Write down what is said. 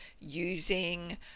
using